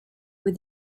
with